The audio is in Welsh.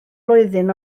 flwyddyn